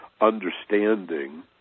understanding